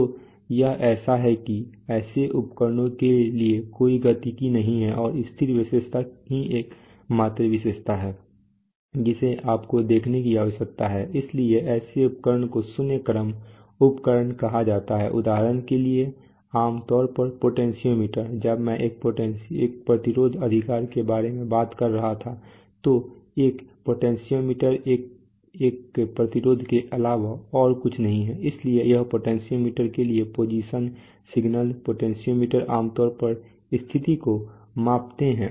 तो यह ऐसा है कि ऐसे उपकरण के लिए कोई गतिकी नहीं है और स्थिर विशेषता ही एकमात्र विशेषता है जिसे आपको देखने की आवश्यकता है इसलिए ऐसे उपकरणों को शून्य क्रम उपकरण कहा जाता है उदाहरण के लिए आमतौर पर पोटेंशियोमीटर जब मैं एक प्रतिरोध अधिकार के बारे में बात कर रहा था तो एक पोटेंशियोमीटर एक प्रतिरोध के अलावा और कुछ नहीं है इसलिए एक पोटेंशियोमीटर के लिए पोजीशन सिग्नल पोटेंशियोमीटर आमतौर पर स्थिति को मापते हैं